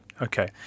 Okay